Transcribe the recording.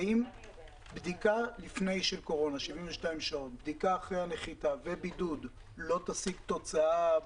האם בדיקה 72 אחרי הנחיתה ובידוד לא תשיג תוצאה?